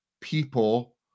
people